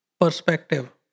perspective